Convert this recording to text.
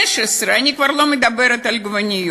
15. אני כבר לא מדברת על עגבניות.